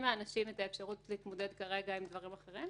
מאנשים את האפשרות להתמודד כרגע עם דברים אחרים,